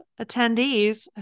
attendees